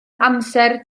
amser